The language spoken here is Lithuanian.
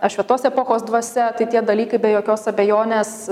apšvietos epochos dvasia tai tie dalykai be jokios abejonės